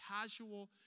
casual